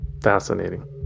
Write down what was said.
Fascinating